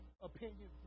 opinion